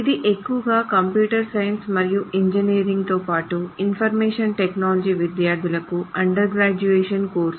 ఇది ఎక్కువగా computer science మరియు ఇంజనీరింగ్తో పాటు ఇన్ఫర్మేషన్ టెక్నాలజీ విద్యార్థులకు అండర్ గ్రాడ్యుయేట్ కోర్సు